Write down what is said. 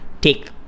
take